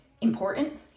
important